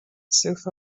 south